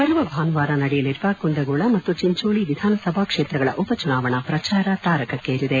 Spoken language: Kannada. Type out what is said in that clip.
ಬರುವ ಭಾನುವಾರ ನಡೆಯಲಿರುವ ಕುಂದಗೋಳ ಮತ್ತು ಚಿಂಚೋಳಿ ವಿಧಾನಸಭಾ ಕ್ಷೇತ್ರಗಳ ಉಪಚುನಾವಣಾ ಪ್ರಚಾರ ತಾರಕಕ್ಕೇರಿದೆ